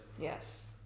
Yes